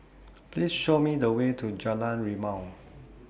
Please Show Me The Way to Jalan Rimau